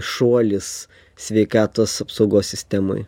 šuolis sveikatos apsaugos sistemoj